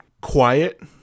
quiet